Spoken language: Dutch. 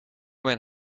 mijn